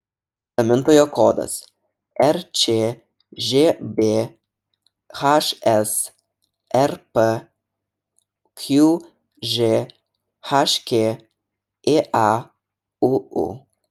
gamintojo kodas rčžb hsrp qžhk ėauu